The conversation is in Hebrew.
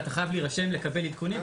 ואתה חייב להירשם לקבל עדכונים,